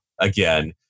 again